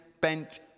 bent